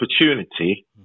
opportunity